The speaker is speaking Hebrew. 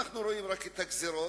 אנו רואים רק את הגזירות,